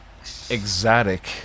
exotic